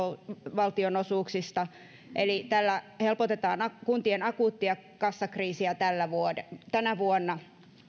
valtionosuuksista eli tällä helpotetaan kuntien akuuttia kassakriisiä tänä vuonna